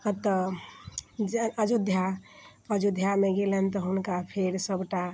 अतऽ अयोध्या अजोध्यामे गेलनि तऽ हुनका फेर सभटा